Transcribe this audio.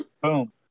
Boom